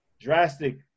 Drastic